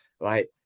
right